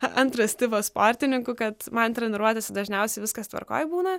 antras tipas sportininkų kad man treniruotėse dažniausiai viskas tvarkoj būna